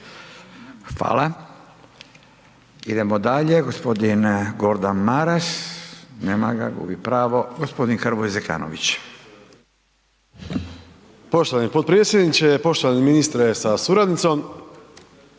Hvala. Idemo dalje, g. Gordan Maras, nema ga, gubi pravo, g. Hrvoje Zekanović.